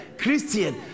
Christian